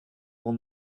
will